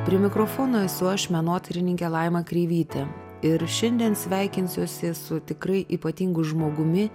prie mikrofono esu aš menotyrininkė laima kreivytė ir šiandien sveikinsiuosi su tikrai ypatingu žmogumi